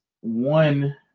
One